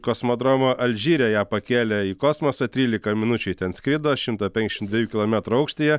kosmodromo alžyre ją pakėlė į kosmosą trylika minučių ji ten skrido šimto penkiasdešimt dviejų kilometrų aukštyje